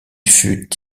fut